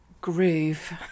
groove